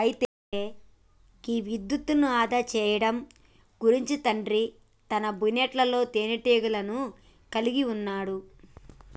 అయితే గీ విద్యుత్ను ఆదా సేయడం గురించి తండ్రి తన బోనెట్లో తీనేటీగను కలిగి ఉన్నాడు